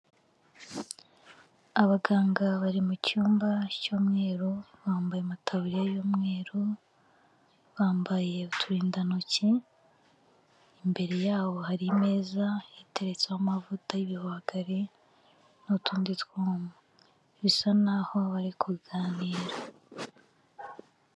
Abaganga bari mu cyumba cy'umweru bambaye amataburiya y'umweru, bambaye uturindantoki, imbere yabo hari imeza iteretseho amavuta y'ibihwagari n'utundi twuma bisa naho bari kuganira.